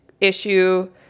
issue